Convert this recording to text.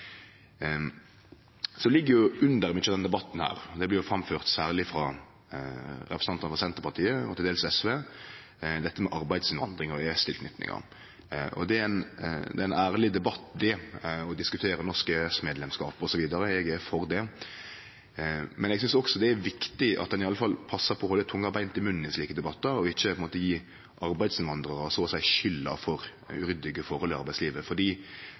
Så ligg det under i mykje av denne debatten – det blir framført særleg av representantane frå Senterpartiet og til dels frå SV – dette med arbeidsinnvandring og EØS-tilknytinga. Det er ein ærleg debatt å diskutere norsk EØS-medlemskap osv., eg er for det, men eg synest også det er viktig at ein i alle fall passar på å halde tunga beint i munnen i slike debattar og ikkje gjev arbeidsinnvandrarar så å seie skulda for uryddige forhold i arbeidslivet.